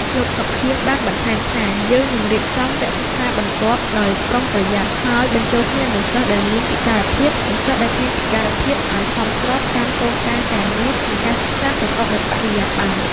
លោក សុខៀង បានបន្ថែមថា “យើងនឹងរៀបចំវគ្គសិក្សាបន្ទាប់ដោយប្រុងប្រយ័ត្ន ហើយបញ្ចូលគ្នានូវសិស្សដែលមានពិការភាពនិងសិស្សដែលគ្មានពិការភាពឱ្យស្របតាមគោលការណ៍ការងារនិងការសិក្សាប្រកបដោយបរិយាប័ន្ន។